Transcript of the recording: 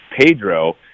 Pedro